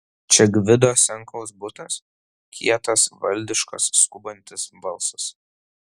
čia gvido senkaus butas kietas valdiškas skubantis balsas